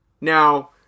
Now